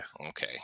Okay